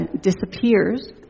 disappears